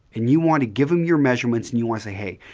and you want to give them your measurements and you want to say, hey,